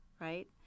right